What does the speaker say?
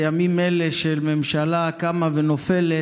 בימים אלה של ממשלה קמה ונופלת,